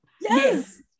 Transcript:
yes